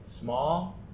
small